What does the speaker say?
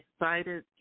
excited